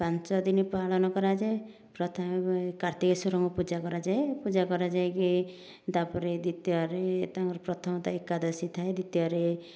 ପାଞ୍ଚ ଦିନ ପାଳନ କରାଯାଏ ପ୍ରଥମେ କାର୍ତ୍ତିକଶ୍ୱରଙ୍କୁ ପୂଜା କରାଯାଏ ପୂଜା କରାଯାଇକି ତା'ପରେ ଦ୍ୱିତୀୟରେ ପ୍ରଥମେ ତ ଏକାଦଶୀ ଥାଏ ଦ୍ୱିତୀୟରେ